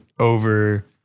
over